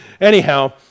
anyhow